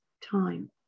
time